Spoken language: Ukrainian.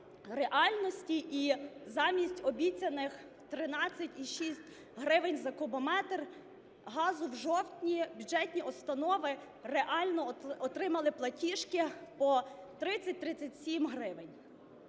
реальності. І замість обіцяних 13,6 гривень за кубометр газу в жовтні бюджетні установи реально отримали платіжки по 30-37 гривень.